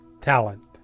talent